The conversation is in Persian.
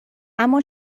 اما